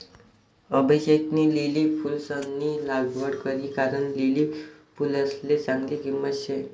अभिषेकनी लिली फुलंसनी लागवड करी कारण लिली फुलसले चांगली किंमत शे